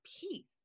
peace